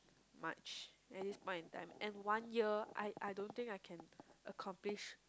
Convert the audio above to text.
much at this point in time and one year I I don't think I can accomplish